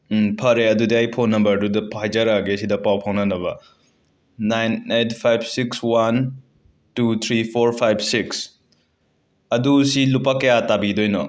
ꯎꯝ ꯐꯔꯦ ꯑꯗꯨꯗꯤ ꯐꯣꯟ ꯅꯝꯕꯔꯗꯨꯗ ꯍꯥꯏꯖꯔꯛꯑꯒꯦ ꯑꯁꯤꯗ ꯄꯥꯎ ꯐꯥꯎꯅꯅꯕ nine eight five six one two three four five six ꯑꯗꯨ ꯁꯤ ꯂꯨꯄꯥ ꯀꯌꯥ ꯇꯥꯕꯤꯗꯣꯏꯅꯣ